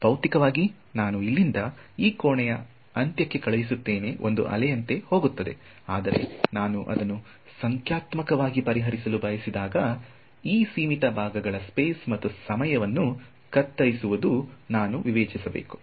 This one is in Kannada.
ಭೌತಿಕವಾಗಿ ನಾನು ಇಲ್ಲಿಂದ ಈ ಕೋಣೆಯ ಅಂತ್ಯಕ್ಕೆ ಕಳುಹಿಸುತ್ತೇನೆ ಅದು ಅಲೆಯಂತೆ ಹೋಗುತ್ತದೆ ಆದರೆ ನಾನು ಅದನ್ನು ಸಂಖ್ಯಾತ್ಮಕವಾಗಿ ಪರಿಹರಿಸಲು ಬಯಸಿದಾಗ ಈ ಸೀಮಿತ ಭಾಗಗಳ ಸ್ಪೇಸ್ ಮತ್ತು ಸಮಯವನ್ನು ಕತ್ತರಿಸುವುದನ್ನು ನಾನು ವಿವೇಚಿಸಬೇಕು